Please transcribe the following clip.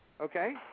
Okay